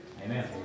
Amen